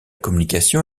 communication